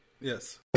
Yes